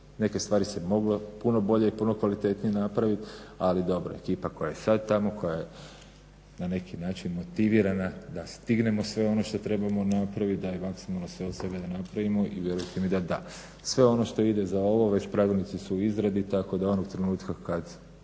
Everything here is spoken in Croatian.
Neke stvari se moglo puno bolje i puno kvalitetnije napraviti, ali dobro, ekipa koja je sad tamo, koja na je na neki način motivirana, da stignemo sve ono što trebamo napraviti, da damo maksimalno sve od sebe da napravimo i vjerujte mi da da. Sve ono što ide za ovo već pravilnici su u izradi, tako da onog trenutka kad,